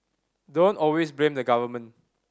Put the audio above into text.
don't always blame the government